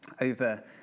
over